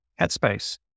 headspace